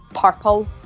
purple